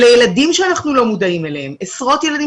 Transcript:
אלה ילדים שאנחנו לא מודעים אליהם עשרות ילדים